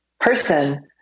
person